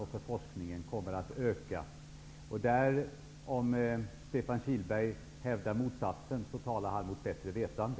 Det görs inte i Ny demokratis reservation. Om Stefan Kihlberg hävdar motsatsen talar han mot bättre vetande.